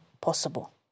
possible